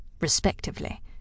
respectively